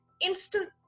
instant